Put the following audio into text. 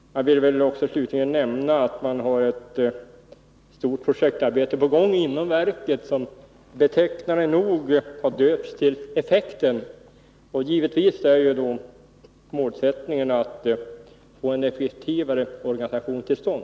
Jag vill slutligen nämna att man inom verket har ett stort projektarbete på gång, som betecknande nog har döpts till Effekten. Givetvis är målsättningen att få en effektivare organisation till stånd.